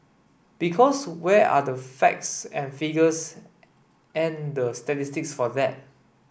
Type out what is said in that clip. because where are the facts and the figures and the statistics for that